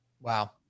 Wow